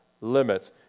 limits